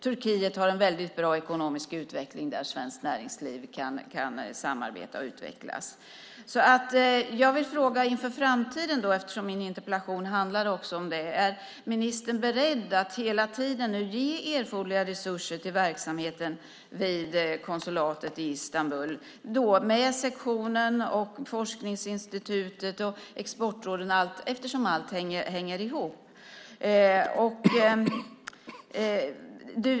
Turkiet har en väldigt bra ekonomisk utveckling där svenskt näringsliv kan samarbeta och utvecklas. Jag vill ställa en fråga inför framtiden, eftersom min interpellation också handlar om det. Är ministern beredd att nu hela tiden ge erforderliga resurser till verksamheten vid konsulatet i Istanbul med sektionen, forskningsinstitutet, Exportrådet och allt, eftersom allt hänger ihop?